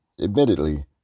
admittedly